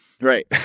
Right